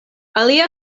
alia